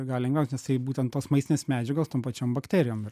gal lengviausia nes tai būtent tos maistinės medžiagos tom pačiom bakterijom ir